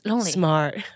smart